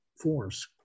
force